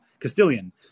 Castilian